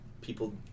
people